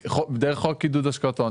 דרך חוק עידוד השקעות הון.